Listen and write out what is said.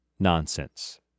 Nonsense